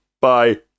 Bye